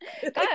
good